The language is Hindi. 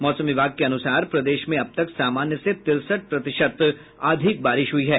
मौसम विभाग के अनुसार प्रदेश में अब तक सामान्य से तिरसठ प्रतिशत अधिक बारिश हुई है